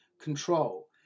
control